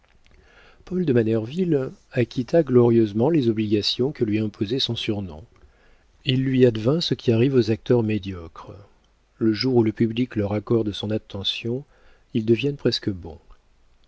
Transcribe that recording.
de manerville acquitta glorieusement les obligations que lui imposait son surnom il lui advint ce qui arrive aux acteurs médiocres le jour où le public leur accorde son attention ils deviennent presque bons